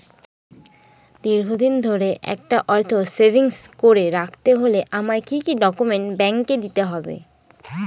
দীর্ঘদিন ধরে একটা অর্থ সেভিংস করে রাখতে হলে আমায় কি কি ডক্যুমেন্ট ব্যাংকে দিতে হবে?